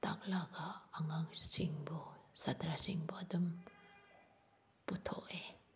ꯇꯥꯛꯂꯒ ꯑꯉꯥꯡꯁꯤꯡꯕꯨ ꯁꯥꯇ꯭ꯔꯁꯤꯡꯕꯨ ꯑꯗꯨꯝ ꯄꯨꯊꯣꯛꯑꯦ